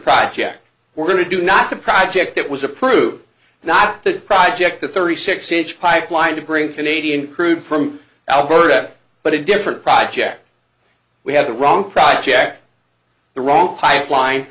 project we're going to do not the project that was approved not the project a thirty six inch pipeline to bring canadian crude from alberta but a different project we have the wrong project the wrong pipeline